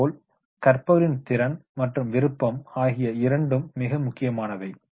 அதேபோல் கற்பவரின் திறன் மற்றும் விருப்பம் ஆகிய இரண்டும் மிக முக்கியமானவை